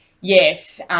Yes